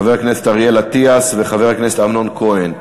חבר הכנסת אריאל אטיאס וחבר הכנסת אמנון כהן.